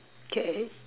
K